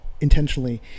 intentionally